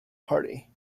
party